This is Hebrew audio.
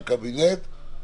לא כל הקניונים שלנו הם